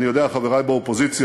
אני יודע, חברי באופוזיציה,